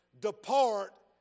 depart